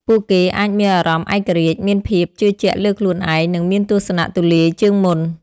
ពួកគេអាចមានអារម្មណ៍ឯករាជ្យ មានភាពជឿជាក់លើខ្លួនឯង និងមានទស្សនៈទូលាយជាងមុន។